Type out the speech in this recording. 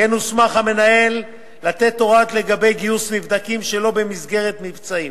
כמו כן הוסמך המנהל לתת הוראות לגבי גיוס נבדקים שלא במסגרת מבצעים,